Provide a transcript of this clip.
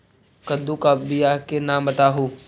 कददु ला बियाह के नाम बताहु?